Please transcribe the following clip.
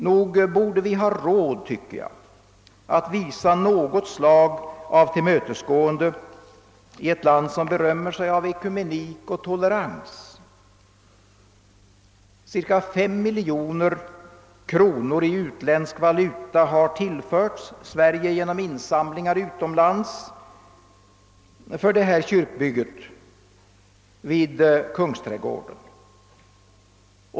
Nog borde vi ha råd, tycker jag, att visa något slag av tillmötesgående i ett land som berömmer sig av ekumenik och tolerans. Herr talman! Cirka 5 miljoner kronor i utländsk valuta har tillförts Sverige genom insamlingar utomlands för detta kyrkbygge vid Kungsträdgården.